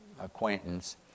acquaintance